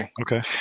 Okay